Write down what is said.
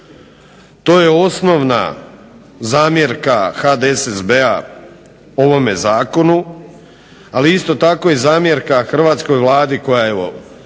To je osnovna zamjerka HDSSB-a ovome zakonu, ali isto tako i zamjerka hrvatskoj Vladi koja evo